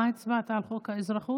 מה הצבעת על חוק האזרחות?